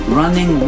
running